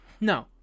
No